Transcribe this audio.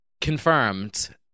confirmed